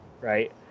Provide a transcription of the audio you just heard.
Right